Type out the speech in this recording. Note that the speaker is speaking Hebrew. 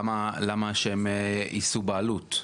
למה שהם יישאו בעלות?